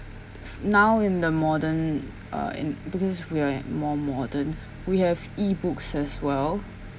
now in the modern uh in because we're more modern we have e-books as well